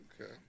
Okay